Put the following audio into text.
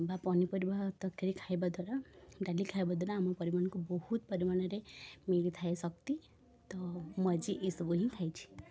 ବା ପନିପରିବା ତରକାରୀ ଖାଇବାଦ୍ୱାରା ଡାଲି ଖାଇବାଦ୍ୱାରା ଆମ ପରିବାରକୁ ବହୁତ ପରିମାଣରେ ମିଳିଥାଏ ଶକ୍ତି ତ ମୁଁ ଆଜି ଏ ସବୁ ହିଁ ଖାଇଛି